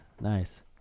Nice